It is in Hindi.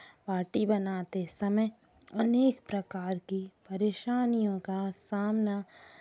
बाटी बनाते समय अनेक प्रकार की परेशानियों का सामना